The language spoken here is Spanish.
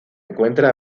encuentra